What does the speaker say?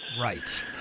Right